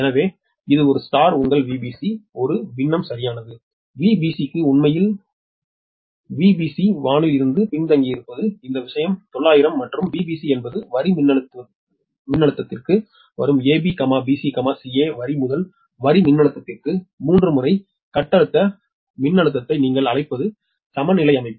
எனவே இது ஒரு உங்கள் Vbc ஒரு பின்னம் சரியானது Vbc க்கு சமம் உண்மையில் Vbc வானில் இருந்து பின்தங்கியிருப்பது இந்த விஷயம் 900 மற்றும் Vbc என்பது வரி மின்னழுத்தத்திற்கு வலதுபுறம் AB BC CA வரி முதல் வரி மின்னழுத்தத்திற்கு 3 முறை கட்ட மின்னழுத்தத்தை நீங்கள் அழைப்பது சமநிலை அமைப்பு